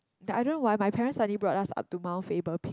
that I don't know why my parents suddenly brought us up to Mount Faber Peak